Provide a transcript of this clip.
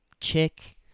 chick